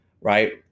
right